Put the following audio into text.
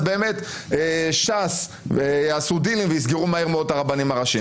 באמת ש"ס יעשו דילים ויסגרו מהר מאוד את הרבנים הראשיים.